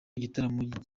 igitaramo